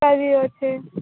ଅଛି